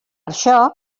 això